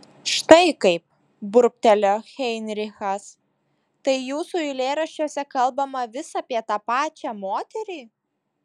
štai kaip burbtelėjo heinrichas tai jūsų eilėraščiuose kalbama vis apie tą pačią moterį